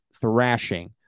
thrashing